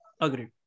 Agreed